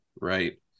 right